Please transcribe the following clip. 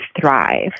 thrive